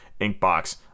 inkbox